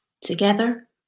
Together